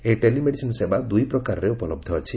ଏହି ଟେଲିମେଡିସିନ୍ ସେବା ଦୁଇ ପ୍ରକାରରେ ଉପଲହ୍ଧ ଅଛି